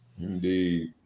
indeed